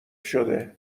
شده